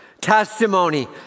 Testimony